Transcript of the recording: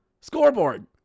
scoreboard